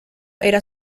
era